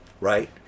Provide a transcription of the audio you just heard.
Right